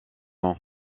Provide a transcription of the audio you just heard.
ans